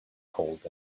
cold